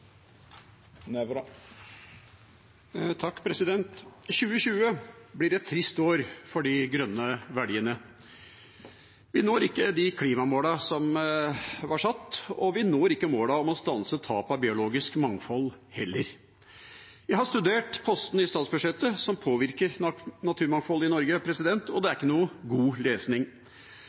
2020 blir et trist år for de grønne verdiene. Vi når ikke de klimamålene som var satt, og vi når heller ikke målene om å stanse tapet av biologisk mangfold. Jeg har studert postene i statsbudsjettet som påvirker naturmangfoldet i Norge, og det er ikke noe god lesning.